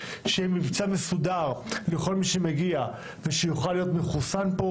שיהיה מבצע מסודר לכל מי שמגיע ושיוכל להיות מחוסן פה.